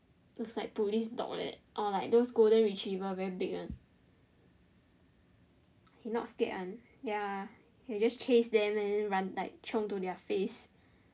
it's like police dog like that or like those golden retriver very big one he not scared one ya he just chase them and then run like chiong to their face